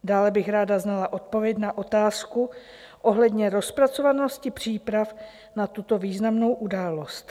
Dále bych ráda znala odpověď na otázku ohledně rozpracovanosti příprav na tuto významnou událost.